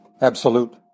absolute